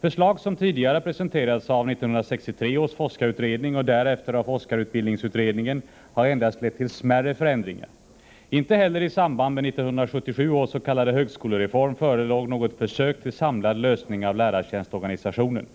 Förslag som tidigare har presenterats av 1963 års forskarutredning och därefter av forskarutbildningsutredningen har endast lett till smärre förändringar. Inte heller i samband med 1977 års s.k. högskolereform förelåg något försök till samlad lösning av lärartjänstorganisationen.